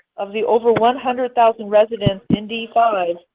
of the over one hundred thousand residents in d five,